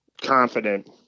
confident